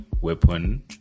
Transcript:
weapon